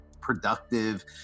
productive